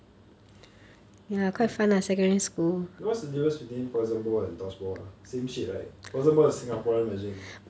then what's the difference between poison ball and dodge ball ah same shit right poison ball is singapore version